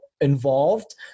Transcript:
involved